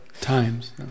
times